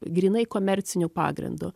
grynai komerciniu pagrindu